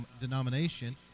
denomination